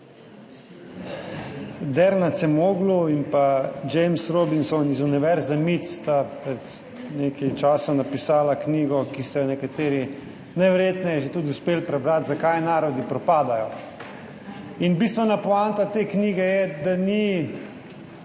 Daron Acemoglu in James Robinson z univerze MIT sta pred nekaj časa napisala knjigo, ki ste jo nekateri najverjetneje že tudi uspeli prebrati, Zakaj narodi propadajo. Bistvena poanta te knjige je, da ni